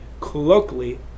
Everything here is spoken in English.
colloquially